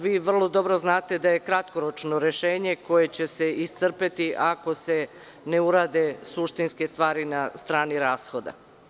Vi vrlo dobro znate da je to kratkoročno rešenje, koje će se iscrpeti ako se ne urade suštinske stvari na strani rashoda.